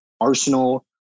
Arsenal